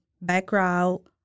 background